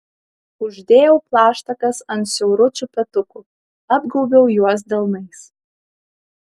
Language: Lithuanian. uždėjau plaštakas ant siauručių petukų apgaubiau juos delnais